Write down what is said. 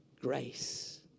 grace